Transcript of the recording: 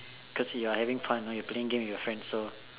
cause you are having fun right you're playing game with your friends so